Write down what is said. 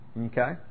okay